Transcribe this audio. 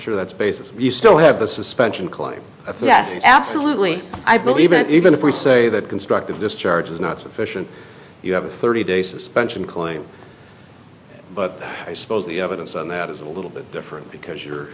care that's basis we still have the suspension climb of yes absolutely i believe that even if we say that constructive discharge is not sufficient you have a thirty day suspension claim but i suppose the evidence on that is a little bit different because you're